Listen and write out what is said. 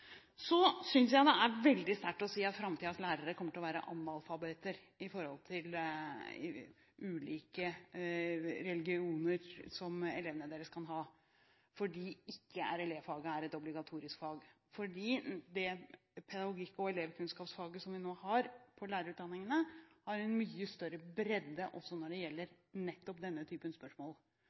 Så synes jeg det er veldig sterkt å si at framtidens lærere kommer til å være analfabeter i forhold til elevenes ulike religioner, fordi RLE-faget ikke er et obligatorisk fag, for det pedagogikk- og elevkunnskapsfaget som vi nå har ved lærerutdanningene, har en mye større bredde også når det gjelder nettopp denne typen spørsmål,